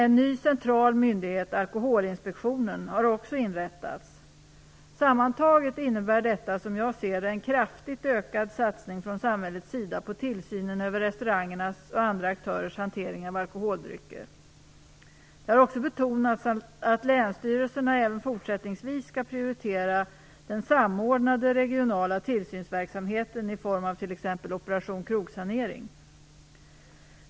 En ny central myndighet - Alkoholinspektionen - har också inrättats. Sammantaget innebär detta, som jag ser det, en kraftigt ökad satsning från samhällets sida på tillsynen över restaurangernas och andra aktörers hantering av alkoholdrycker. Det har också betonats att länsstyrelserna även fortsättningsvis skall prioritera den samordnade regionala tillsynsverksamheten i form av t.ex. Operation krogsanering.